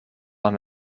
aan